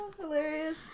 Hilarious